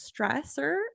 stressor